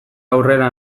aurrera